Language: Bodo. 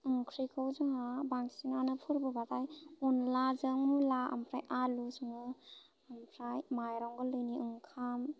ओंख्रिखौ जोंहा बांसिनानो फोरबोबाथाय अनलाजों मुला ओमफ्राय आलु सङो ओमफ्राय माइरं गोरलैनि ओंखाम